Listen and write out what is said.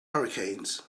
hurricanes